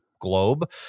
globe